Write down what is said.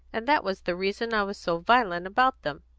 and that was the reason i was so violent about them.